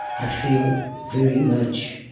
i feel very much